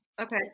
okay